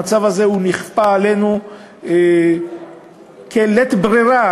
הוא נכפה עלינו בלית ברירה,